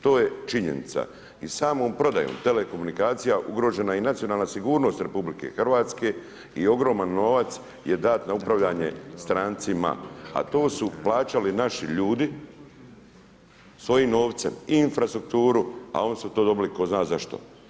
To je činjenica i samom prodajom telekomunikacija ugrožena je i nacionalna sigurnost RH i ogroman novac je dat na upravljanje strancima, a to su plaćali naši ljudi svojim novcem i infrastrukturu a onda su to dobili tko zna zašto.